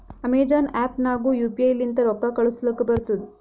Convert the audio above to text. Amazon app ನಾಗ್ನು U P I ಲಿಂತ ರೊಕ್ಕಾ ಕಳೂಸಲಕ್ ಬರ್ತುದ್